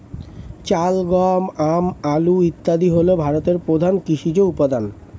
চাল, গম, আম, আলু ইত্যাদি হল ভারতের প্রধান কৃষিজ উপাদান